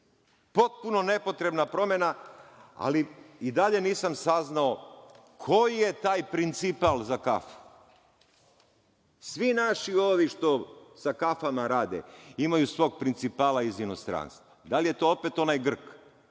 Potpuno nepotrebna promena, ali i dalje nisam saznao koji je taj principal za kafu? Svi naši ovi što sa kafama rade imaju svog principala iz inostranstva. Da li je to opet onaj Grk?